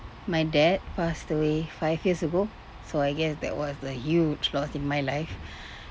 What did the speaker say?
my dad passed away five years ago so I guess that was the huge loss in my life